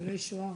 ניצולי שואה.